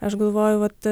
aš galvoju vat